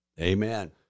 Amen